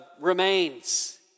remains